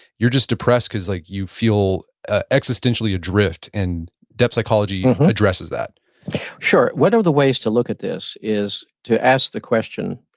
you're just depressed, cause like you feel ah existentially adrift, and depth psychology addresses that sure. one of the ways to look at this is to ask the question.